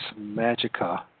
Magica